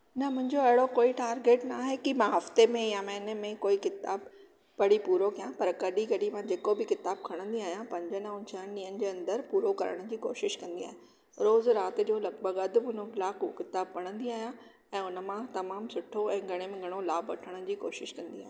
न मुंहिंजो एॾो कोई टारगेट न इहे की मां हफ़्ते में या महीने में कोई किताब पढ़ी पुरो कयां पर कॾहिं कॾहिं मां जेको बि किताब खणंदी आहियां पंजनि ऐं छहनि ॾींहनि जे अंदरि पुरो करण जी कोशिशि कंदी आहे रोज़ु राति जो लॻभॻि अधु मुनो कलाकु उहो किताब पढंदी आहियां ऐं उन मां तमामु सुठो ऐं घणो में घणो लाभ वठण जी कोशिशि कंदी आहियां